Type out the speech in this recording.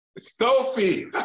Sophie